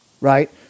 right